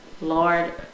Lord